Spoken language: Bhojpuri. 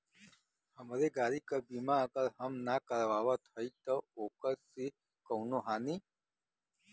हमरे गाड़ी क बीमा अगर हम ना करावत हई त ओकर से कवनों हानि?